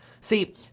See